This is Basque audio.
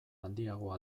handiagoa